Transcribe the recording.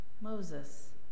Moses